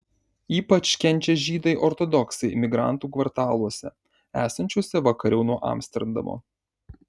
ypač kenčia žydai ortodoksai imigrantų kvartaluose esančiuose vakariau nuo amsterdamo